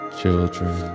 children